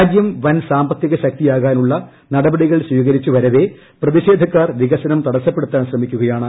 രാജ്യം വൻ സാമ്പത്തിക ശക്തിയാകാനുളള നടപടികൾ സ്വീകരിച്ചു വരവേ പ്രതിഷേധക്കാർ വികസനം തടസ്സപ്പെടുത്താൻ ശ്രമിക്കുകയാണ്